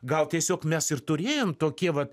gal tiesiog mes ir turėjom tokie vat